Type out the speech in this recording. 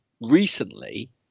recently